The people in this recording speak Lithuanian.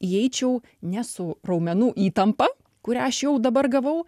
įeičiau ne su raumenų įtampa kurią aš jau dabar gavau